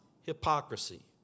hypocrisy